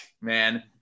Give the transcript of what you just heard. man